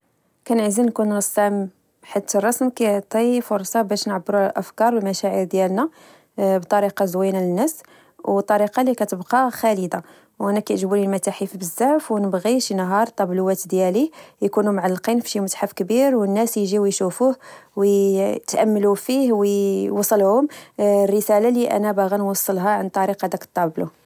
كنعزل نكون رسام حيت الرسم كيعطي فرصة باش نعبر على الأفكار والمشاعر ديالنا بطريقة زوينة للناس والطريقة اللي كتبقى خالدة وانا كيعجبوني متاحف بزاف ونبغي شي نهار طابلو ديالي يكونو معلقين فشي متحف كبير والناس يجيو يشوفوه ويتأملوا فيه ووصلهم الرسالة لي انا باغي نوصلها عن طريق هاداك الطابلو